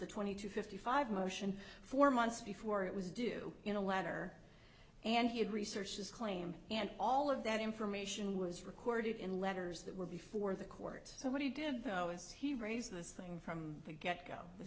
the twenty two fifty five motion four months before it was due in a letter and he had research his claim and all of that information was recorded in letters that were before the court so what he did though is he raised this thing from the get go the